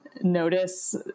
notice